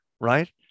right